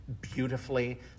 beautifully